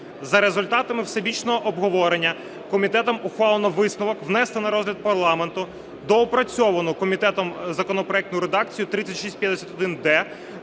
За результатами всебічного обговорення комітетом ухвалено висновок внести на розгляд парламенту доопрацьовану комітетом законопроектну редакцію 3651-д